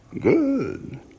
Good